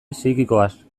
psikikoaz